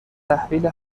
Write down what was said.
تحویل